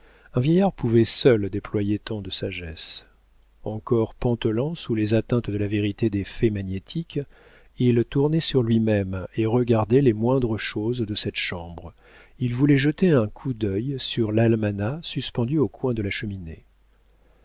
un vieillard pouvait seul déployer tant de sagesse encore pantelant sous les atteintes de la vérité des faits magnétiques il tournait sur lui-même et regardait les moindres choses de cette chambre il voulait jeter un coup d'œil sur l'almanach suspendu au coin de la cheminée